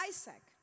Isaac